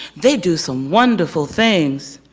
they do some wonderful things.